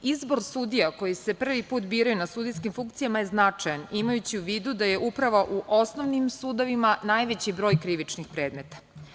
Izbor sudija koji se prvi put biraju na sudijske funkcije je značaj imajući u vidu da je upravo u osnovnim sudovima najveći broj krivičnih predmeta.